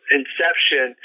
inception